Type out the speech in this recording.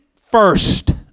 first